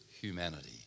humanity